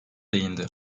değindi